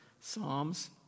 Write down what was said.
Psalms